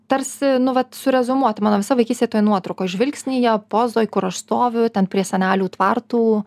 tarsi nu vat sureziumuota mano visa vaikystė toj nuotraukoj žvilgsnyje pozoj kur aš stoviu ten prie senelių tvartų